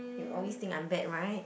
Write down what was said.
you always think I'm bad right